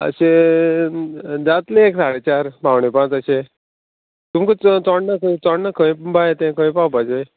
अशें जातलें एक साडे चार पावणें पांच अशें तुमकां चोडणा चोडणां खंय बाय तें खंय पावपाचें